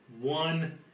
One